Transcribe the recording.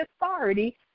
authority